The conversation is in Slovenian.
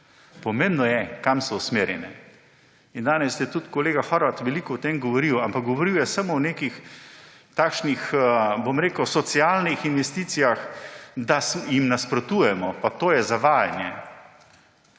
pomembno je, kam so usmerjene. Danes je tudi kolega Horvat veliko o tem govoril, ampak govoril je samo o nekih takšnih, bom rekel, socialnih investicijah, da jih nasprotujemo. Pa to je zavajanje.